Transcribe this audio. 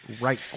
Right